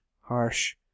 Harsh